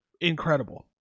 incredible